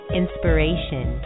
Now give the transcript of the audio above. inspiration